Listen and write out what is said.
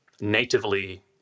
natively